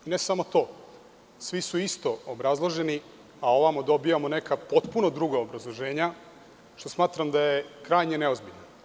I ne samo to, svi su isto obrazloženi, a ovamo dobijamo neka potpuno druga obrazloženja, što smatram da je krajnje neozbiljno.